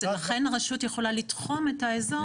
אז לכן רשות יכולה לתחום את האזור כראות עיניה.